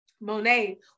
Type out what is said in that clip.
Monet